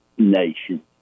Nation